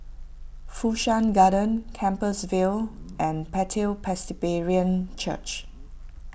Fu Shan Garden Compassvale and Bethel Presbyterian Church